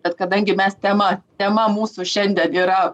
bet kadangi mes temą tema mūsų šiandien yra